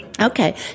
Okay